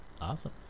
Awesome